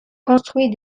construit